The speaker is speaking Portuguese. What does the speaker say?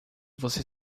você